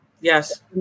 Yes